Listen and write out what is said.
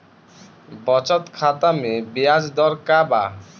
बचत खाता मे ब्याज दर का बा?